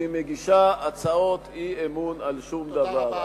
והיא מגישה הצעות אי-אמון על שום דבר,